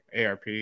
ARP